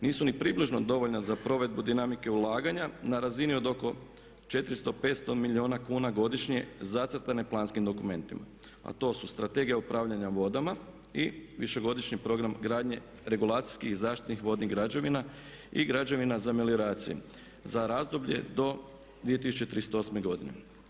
Nisu ni približno dovoljna za provedbu dinamike ulaganja na razini od oko 400, 500 milijuna kuna godišnje zacrtane planskim dokumentima, a to su strategija upravljanja vodama i više godišnji program ugradnje regulacijskih i zaštitnih vodnih građevina i građevina za melioraciju za razdoblje do 2038. godine.